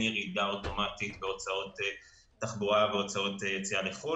ירידה אוטומטית בהוצאות תחבורה ובהוצאות נסיעה לחו"ל.